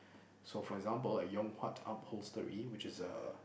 so for example a Yong-Huat-Upholstery which is a